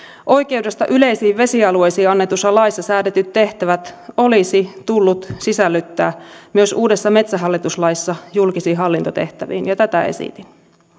oikeudesta yleisiin vesialueisiin annetussa laissa säädetyt tehtävät olisi tullut sisällyttää myös uudessa metsähallitus laissa julkisiin hallintotehtäviin ja tätä esitin